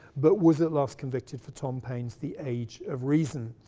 but was at last convicted for tom payne's the age of reason,